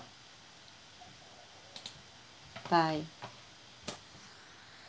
bye